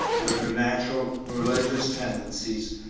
with her natural religious tendencies,